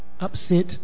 upset